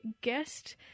guest